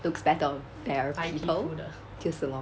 looks better on fairer people 就是 lor